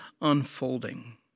unfolding